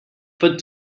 foot